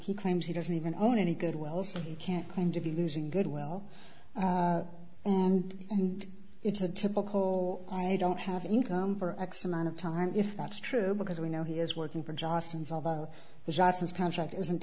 he claims he doesn't even own any good wells can't claim to be losing good well and and it's a typical i don't have income for x amount of time if that's true because we know he is working for johnston's although the justice contract isn't